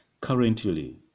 Currently